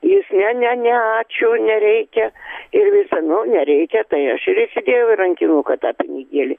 jis ne ne ačiū nereikia ir visa nu nereikia tai aš ir įsidėjau į rankinuką tą pinigėlį